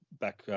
back